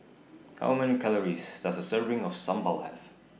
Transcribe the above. How Many Calories Does A Serving of Sambal Have